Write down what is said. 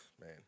Man